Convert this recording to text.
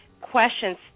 questions